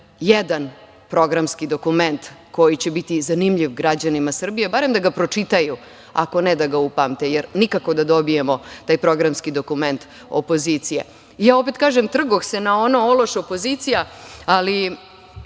jedan programski dokument koji će biti zanimljiv građanima Srbije, barem da ga pročitaju, ako ne da ga upamte, jer nikako da dobijemo taj programski dokument opozicije. Opet kažem, trgoh se na ono „ološ opozicija“, ali